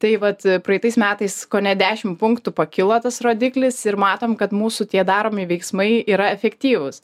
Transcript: tai vat praeitais metais kone dešimt punktų pakilo tas rodiklis ir matom kad mūsų tie daromi veiksmai yra efektyvūs